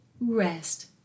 rest